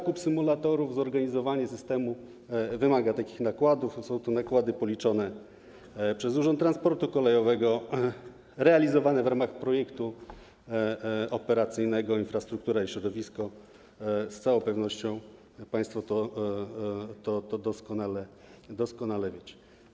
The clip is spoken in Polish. Zakup symulatorów, zorganizowanie systemu wymaga takich nakładów, a są to nakłady policzone przez Urząd Transportu Kolejowego, realizowane w ramach Programu Operacyjnego „Infrastruktura i środowisko”, z całą pewnością państwo doskonale to wiecie.